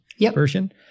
version